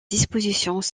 dispositions